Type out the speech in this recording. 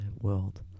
world